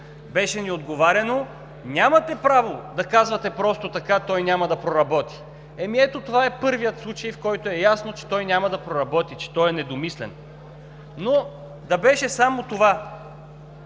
Беше ни отговаряно: „Нямате право да казвате просто така – той няма да проработи“. Ето това е първият случай, в който е ясно, че той няма да проработи, че е недомислен. Но да беше само това!